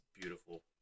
beautiful